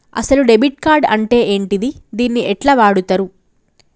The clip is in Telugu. అసలు డెబిట్ కార్డ్ అంటే ఏంటిది? దీన్ని ఎట్ల వాడుతరు?